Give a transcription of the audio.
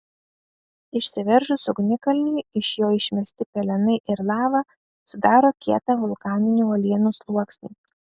išsiveržus ugnikalniui iš jo išmesti pelenai ir lava sudaro kietą vulkaninių uolienų sluoksnį